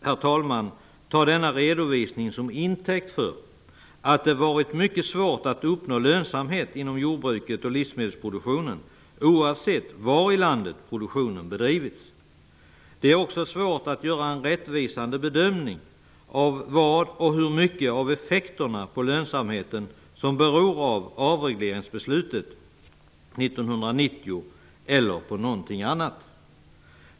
Jag vill här ta denna redovisning som intäkt för att det har varit mycket svårt att uppnå lönsamhet inom jordbruket och livsmedelsproduktionen, oavsett var i landet produktionen har bedrivits. Det är också svårt att göra en rättvisande bedömning av vad och hur mycket av effekterna på lönsamheten som beror på avregleringsbeslutet 1990 eller på någonting annat.